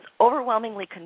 overwhelmingly